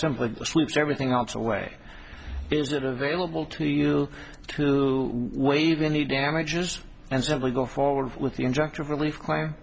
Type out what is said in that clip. simply sweeps everything else away is it available to you waive any damages and simply go forward with the injunctive relief